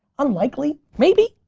unlikely. maybe,